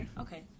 okay